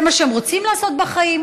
זה מה שהם רוצים לעשות בחיים,